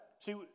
See